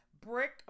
Brick